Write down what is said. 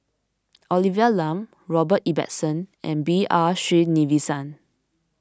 Olivia Lum Robert Ibbetson and B R Sreenivasan